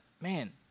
man